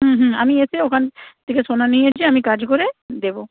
হুম হুম আমি এসে ওখান থেকে সোনা নিয়ে এসে আমি কাজ করে দেবো